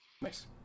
Nice